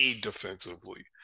defensively